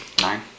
Nine